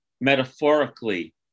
metaphorically